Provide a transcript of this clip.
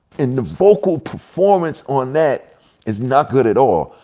and the vocal performance on that is not good at all,